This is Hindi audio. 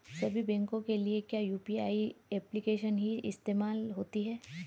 सभी बैंकों के लिए क्या यू.पी.आई एप्लिकेशन ही इस्तेमाल होती है?